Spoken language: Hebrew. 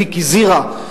ב"ויקיזירה".